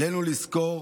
עלינו לזכור